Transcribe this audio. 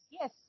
Yes